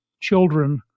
children